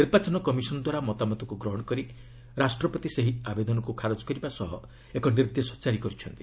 ନିର୍ବାଚନ କମିଶନ୍ଦ୍ୱାରା ମତାମତକୁ ଗ୍ରହଣ କରି ରାଷ୍ଟ୍ରପତି ସେହି ଆବେଦନକୁ ଖାରଜ କରିବା ସହ ଏକ ନିର୍ଦ୍ଦେଶ ଜାରି କରିଛନ୍ତି